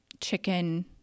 chicken